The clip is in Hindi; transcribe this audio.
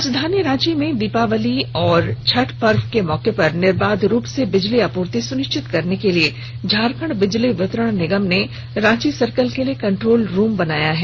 राजधानी रांची में दीपावली और छठ पर्व के मौके पर निर्बाध रूप से बिजल आपूर्ति सुनिश्चित करने के लिए झारखंड बिजली वितरण निगम ने रांची सर्किल के लिए कंट्रोल रूम बनाया है